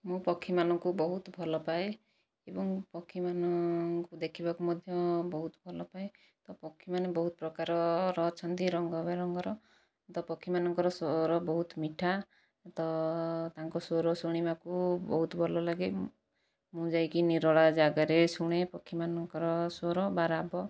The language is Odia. ମୁଁ ପକ୍ଷୀମାନଙ୍କୁ ବହୁତ ଭଲ ପାଏ ଏବଂ ପକ୍ଷୀମାନଙ୍କୁ ଦେଖିବାକୁ ମଧ୍ୟ ବହୁତ ଭଲ ପାଏ ତ ପକ୍ଷୀମାନେ ବହୁତ ପ୍ରକାରର ଅଛନ୍ତି ରଙ୍ଗ ବେରଙ୍ଗର ତ ପକ୍ଷୀମାନଙ୍କର ସ୍ଵର ବହୁତ ମିଠା ତ ତାଙ୍କ ସ୍ଵର ଶୁଣିବାକୁ ବହୁତ ଭଲ ଲାଗେ ମୁଁ ଯାଇକି ନିରୋଳା ଜାଗାରେ ଶୁଣେ ପକ୍ଷୀମାନଙ୍କର ସ୍ଵର ବା ରାବ